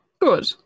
Good